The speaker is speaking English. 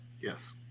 Yes